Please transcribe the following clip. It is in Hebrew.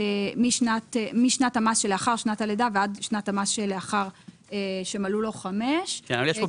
משנת המס שלאחר שנת הלידה ועד לשנת המס לאחר שמלאו לו חמש שנים,